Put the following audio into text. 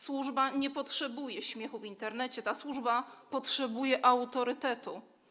Służba nie potrzebuje śmiechu w Internecie, ta służba potrzebuje autorytetu.